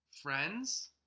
Friends